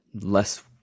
less